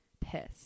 Piss